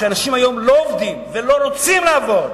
שאנשים היום לא עובדים ולא רוצים לעבוד,